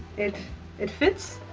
it it fits.